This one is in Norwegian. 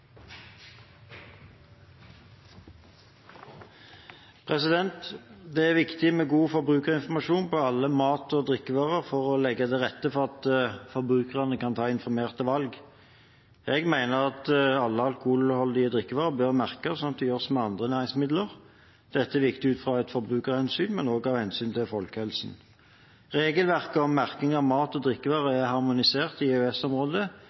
saken. Det er viktig med god forbrukerinformasjon på alle mat- og drikkevarer for å legge til rette for at forbrukerne kan ta informerte valg. Jeg mener at alle alkoholholdige drikkevarer bør merkes, slik det gjøres med andre næringsmidler. Dette er viktig ut fra et forbrukerhensyn, men også av hensyn til folkehelsen. Regelverket om merking av mat- og drikkevarer er harmonisert i